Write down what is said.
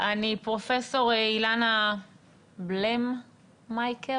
פרופ' אילנה בלמקר.